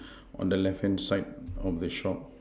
on the left hand side of the shop